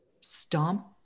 stomp